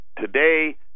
today